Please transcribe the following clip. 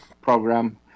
program